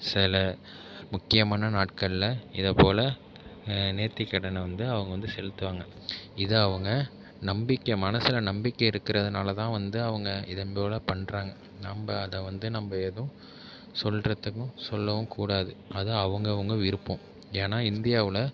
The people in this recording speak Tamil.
சில முக்கியமான நாட்களில் இதபோல் நேத்திக்கடனை வந்து அவங்க வந்து செலுத்துவாங்க இதை அவங்க நம்பிக்கை மனசில் நம்பிக்கை இருக்கிறதுனால தான் வந்து அவங்க இதன் போல் பண்ணுறாங்க நம்ம அதை வந்து நம்ம எதுவும் சொல்கிறத்துக்கும் சொல்லவும் கூடாது அது அவங்கவுங்க விருப்பம் ஏன்னால் இந்தியாவில்